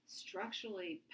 structurally